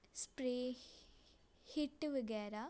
spray Hit ਵਗੈਰਾ